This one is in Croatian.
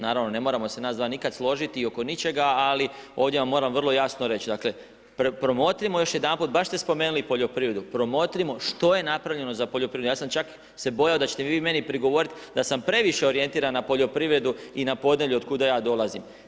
Naravno, ne moramo se nas dva nikad složiti i oko ničega ali ovdje vam moram vrlo jasno reći, dakle promotrimo još jedanput, baš ste spomenuli poljoprivredu, promotrimo što je napravljeno za poljoprivredu, ja sam čak se bojao da ćete vi meni progovoriti da sam previše orijentiran na poljoprivredu i na podneblje otkuda ja dolazim.